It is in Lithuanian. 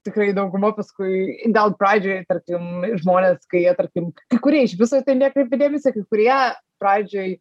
tikrai dauguma paskui gal pradžioj tarkim žmonės kai jie tarkim kai kurie iš viso į tai nekreipia dėmesio kai kurie pradžioj